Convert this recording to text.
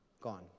gone